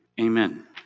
Amen